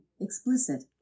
explicit